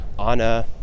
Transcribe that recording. Anna